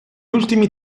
ultimi